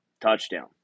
touchdown